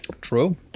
True